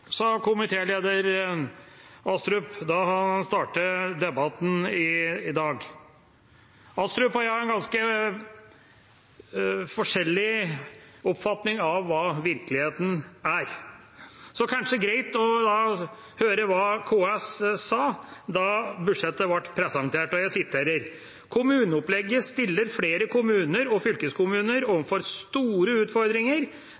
sa komitéleder Astrup da han startet debatten i dag. Astrup og jeg har en ganske forskjellig oppfatning av hva virkeligheten er. Det er kanskje greit å høre hva KS sa da budsjettet ble presentert: kommuneopplegget stiller flere kommuner og